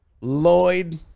Lloyd